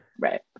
right